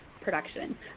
production